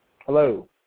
Hello